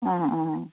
অঁ অঁ